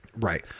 Right